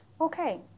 Okay